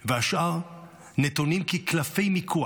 והשאר נתונים כקלפי מיקוח